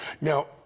Now